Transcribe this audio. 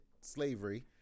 slavery